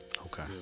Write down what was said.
Okay